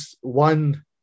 One